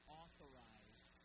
authorized